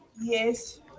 Yes